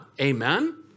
Amen